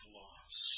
loss